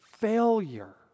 failure